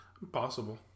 Possible